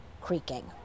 creaking